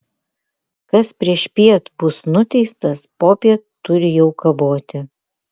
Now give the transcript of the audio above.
kas priešpiet bus nuteistas popiet turi jau kaboti